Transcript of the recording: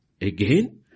again